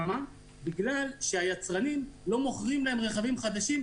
בגלל שהיצרנים לא מוכרים להם רכבים חדשים,